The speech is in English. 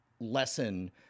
lesson